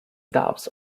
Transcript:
doubts